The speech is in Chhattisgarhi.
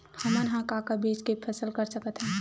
हमन ह का का बीज के फसल कर सकत हन?